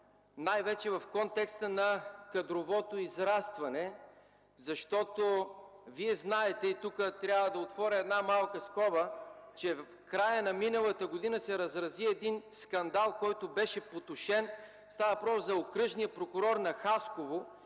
най-вече в контекста на кадровото израстване. Вие знаете и тук трябва да отворя една малка скоба, че в края на миналата година се разрази един скандал, който беше потушен. Става въпроса за окръжния прокурор на Хасково,